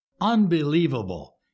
Unbelievable